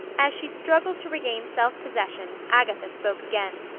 as she struggled to regain self-possession agatha spoke again.